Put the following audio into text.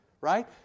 right